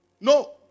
No